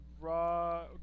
raw